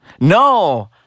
No